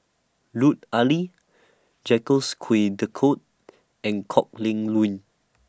Lut Ali Jacques De Coutre and Kok Leun